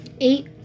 Eight